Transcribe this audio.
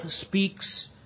speaks